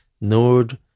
Nord